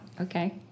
Okay